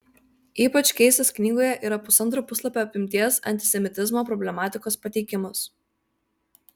ypač keistas knygoje yra pusantro puslapio apimties antisemitizmo problematikos pateikimas